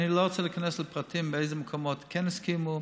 אני לא רוצה להיכנס לפרטים באיזה מקומות כן הסכימו,